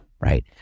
right